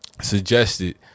Suggested